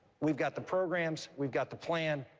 we've got the programs we've got the plan,